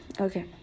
Okay